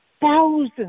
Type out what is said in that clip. thousands